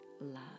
love